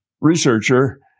researcher